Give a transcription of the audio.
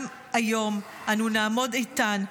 גם היום אנו נעמוד איתן,